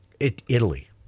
Italy